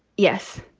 yes.